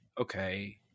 Okay